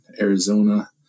Arizona